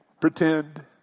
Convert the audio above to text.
pretend